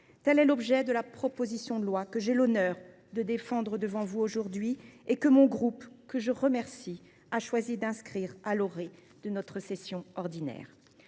Tel est l’objet de la proposition de loi que j’ai l’honneur de défendre devant vous aujourd’hui et que mon groupe, que je remercie, a choisi d’inscrire à notre ordre